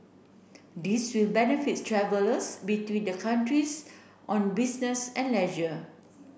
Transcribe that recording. this will benefits travellers between the countries on business and leisure